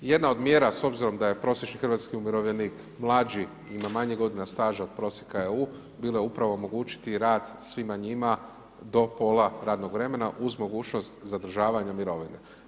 I jedna od mjera s obzirom da je prosječni hrvatski umirovljenik mlađi i ima manje godina staža od prosjeka EU bila je upravo omogućiti rad svima njima do pola radnog vremena uz mogućnost zadržavanja mirovine.